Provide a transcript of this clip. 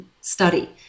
study